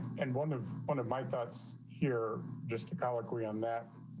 and one of one of my thoughts here just to our agree on that,